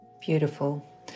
beautiful